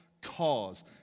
cause